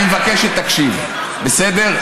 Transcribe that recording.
אני מבקש שתקשיב, בסדר?